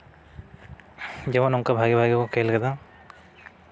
ᱡᱮᱢᱚᱱ ᱚᱱᱠᱟ ᱵᱷᱟᱜᱮ ᱵᱷᱟᱜᱮ ᱠᱚ ᱠᱷᱮᱞ ᱠᱟᱫᱟ